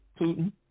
Putin